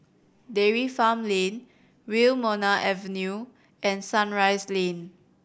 Dairy Farm Lane Wilmonar Avenue and Sunrise Lane